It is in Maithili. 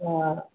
हँ